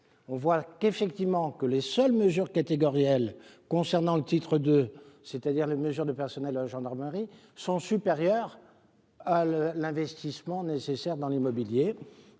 on s'aperçoit que les seules mesures catégorielles concernant le titre 2, c'est-à-dire les mesures de personnel de gendarmerie, sont d'un montant supérieur à l'investissement nécessaire dans l'immobilier.